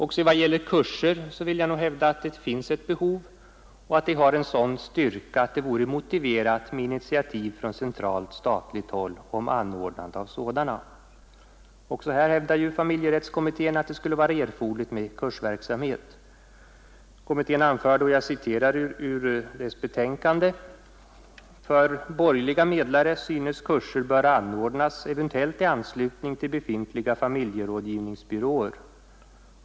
Också i vad gäller kurser vill jag nog hävda att det finns ett behov och att det har en sådan styrka att det vore motiverat med initiativ från centralt statligt håll för anordnande av sådana. Även här hävdade ju familjerättskommittén att det skulle vara erforderligt med kursverksamhet. Kommittén anförde — jag citerar ur dess betänkande: ”För borgerliga medlare synes kurser böra anordnas, eventuellt i anslutning till befintliga familjerådgivningsbyråer.